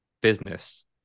business